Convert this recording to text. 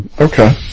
okay